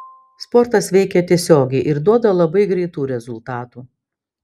sportas veikia tiesiogiai ir duoda labai greitų rezultatų